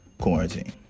Quarantine